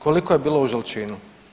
Koliko je bilo u Žalčinu?